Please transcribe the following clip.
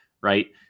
right